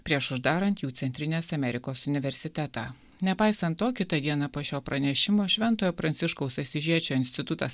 prieš uždarant jų centrinės amerikos universitetą nepaisant to kitą dieną po šio pranešimo šventojo pranciškaus asyžiečio institutas